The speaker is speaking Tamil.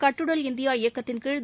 கட்டுடல் இந்தியா இயக்கத்தின்கீழ்